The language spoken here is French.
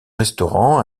restaurant